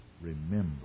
Remember